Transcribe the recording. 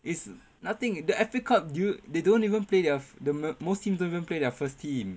it's nothing the F_A cup you they don't even play their the most teams don't even play their first team